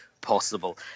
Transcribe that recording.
possible